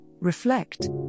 reflect